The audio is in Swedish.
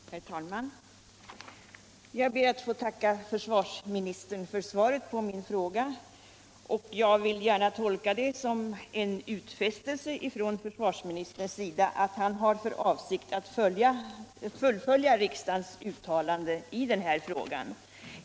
Herr talman! Jag ber att få tacka försvarsministern för svaret på min fråga, och jag vill gärna tolka det som en utfästelse från försvarsministern att fullfölja riksdagens uttalande i denna sak.